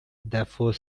therefore